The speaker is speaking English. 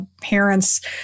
parents